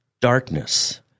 darkness